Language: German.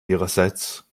ihrerseits